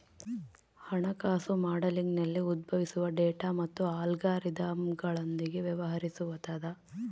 ಹಣಕಾಸು ಮಾಡೆಲಿಂಗ್ನಲ್ಲಿ ಉದ್ಭವಿಸುವ ಡೇಟಾ ಮತ್ತು ಅಲ್ಗಾರಿದಮ್ಗಳೊಂದಿಗೆ ವ್ಯವಹರಿಸುತದ